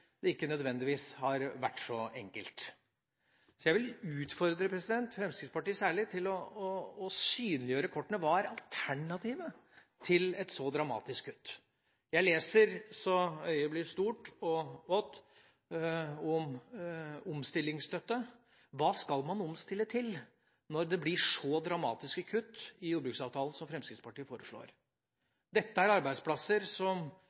det ikke nødvendigvis har vært så enkelt. Jeg vil utfordre særlig Fremskrittspartiet til å synliggjøre kortene: Hva er alternativet til et så dramatisk kutt? Jeg leser så øyet blir stort og vått om omstillingsstøtte. Hva skal man omstille til når det blir så dramatiske kutt i jordbruksavtalen som Fremskrittspartiet foreslår? Dette er arbeidsplasser som